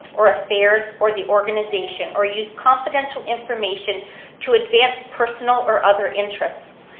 or affairs, or the organization, or use confidentiality information to advance personal or other interests.